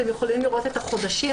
אתם יכולים לראות את החודשים,